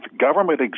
government